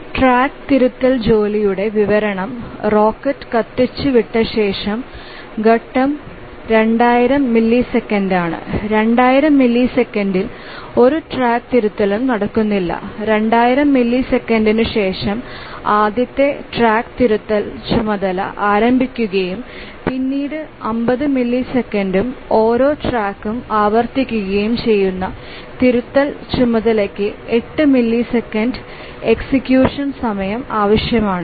ഈ ട്രാക്ക് തിരുത്തൽ ജോലിയുടെ വിവരണം റോക്കറ്റ് കത്തിച്ചുവിട്ടശേഷം ഘട്ടം 2000 മില്ലിസെക്കൻഡാണ് 2000 മില്ലിസെക്കൻഡിൽ ഒരു ട്രാക്ക് തിരുത്തലും നടക്കുന്നില്ല 2000 മില്ലിസെക്കൻഡിനുശേഷം ആദ്യത്തെ ട്രാക്ക് തിരുത്തൽ ചുമതല ആരംഭിക്കുകയും പിന്നീട് 50 മില്ലിസെക്കൻഡും ഓരോ ട്രാക്കും ആവർത്തിക്കുകയും ചെയ്യുന്നു തിരുത്തൽ ചുമതലയ്ക്ക് 8 മില്ലിസെക്കൻഡ് എക്സിക്യൂഷൻ സമയം ആവശ്യമാണ്